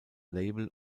label